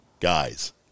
guys